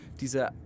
diese